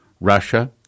Russia